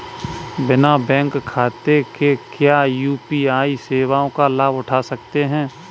बिना बैंक खाते के क्या यू.पी.आई सेवाओं का लाभ उठा सकते हैं?